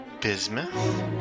Bismuth